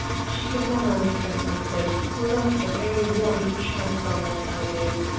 she could never understand my sim, or love the very worm he tramps on as i do.